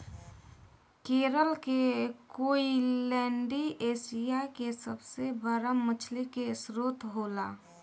केरल के कोईलैण्डी एशिया के सबसे बड़ा मछली के स्त्रोत होला